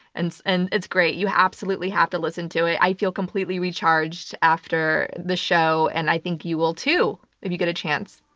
and and it's great. you absolutely have to listen to it. i feel completely recharged after the show, and i think you will, too, if you get a chance.